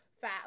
fat